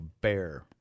bear